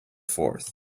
forth